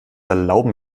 erlauben